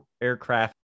aircraft